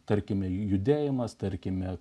tarkime judėjimas tarkime